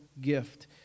Gift